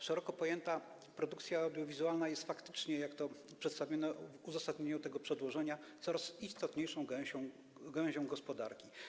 Szeroko pojęta produkcja audiowizualna jest faktycznie, jak to przedstawiono w uzasadnieniu tego przedłożenia, coraz istotniejszą gałęzią gospodarki.